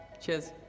Cheers